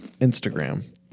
Instagram